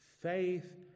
faith